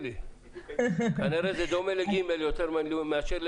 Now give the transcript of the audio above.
אמר את זה כבר מישהו.